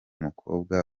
mukobwa